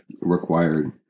required